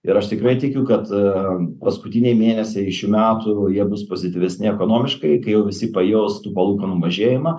ir aš tikrai tikiu kad paskutiniai mėnesiai šių metų jie bus pozityvesni ekonomiškai kai jau visi pajaus tų palūkanų mažėjimą